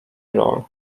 role